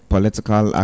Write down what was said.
political